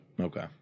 Okay